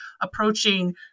approaching